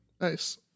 Nice